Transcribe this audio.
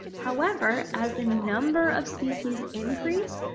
however, as the number of species increase,